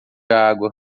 água